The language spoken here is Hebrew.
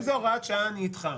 אם זה הוראת שעה, אני איתך.